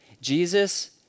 Jesus